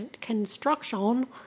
construction